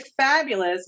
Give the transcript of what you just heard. fabulous